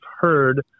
heard